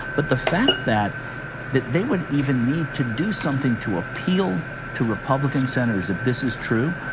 but the fact that that they would even need to do something to appeal to republican senators if this is true,